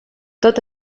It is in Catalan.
tot